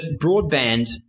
broadband